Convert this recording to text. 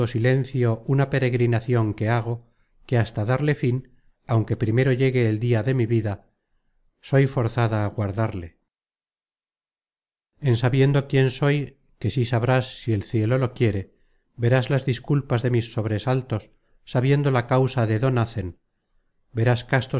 silencio una peregrinacion que hago que hasta darle fin aunque primero llegue el dia de mi vida soy forzada á guardarle en sabiendo quién soy que sí sabrás si el cielo quiere verás las disculpas de mis sobresaltos sabiendo la causa de do nacen verás